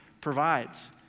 provides